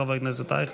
חבר הכנסת אייכלר,